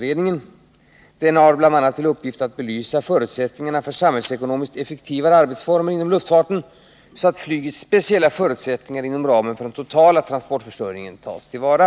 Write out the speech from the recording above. Utredningen 16 november 1979 har bl.a. till uppgift att belysa förutsättningarna för samhällsekonomiskt effektivare arbetsformer inom luftfarten, så att flygets speciella förutsätt Om biljettpriserna ningar inom ramen för den totala transportförsörjningen tas till vara.